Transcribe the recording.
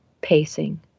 pacing